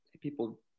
people